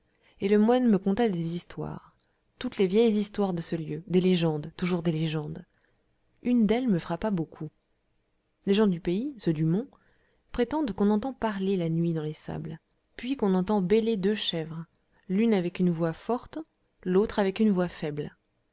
et le moine me conta des histoires toutes les vieilles histoires de ce lieu des légendes toujours des légendes une d'elles me frappa beaucoup les gens du pays ceux du mont prétendent qu'on entend parler la nuit dans les sables puis qu'on entend bêler deux chèvres l'une avec une voix forte l'autre avec une voix faible